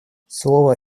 слово